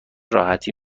راحتی